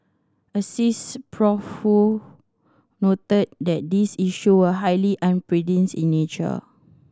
Asst Prof Woo noted that these issue were highly unprecedented in nature